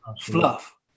fluff